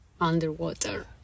underwater